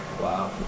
Wow